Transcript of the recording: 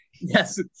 Yes